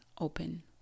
open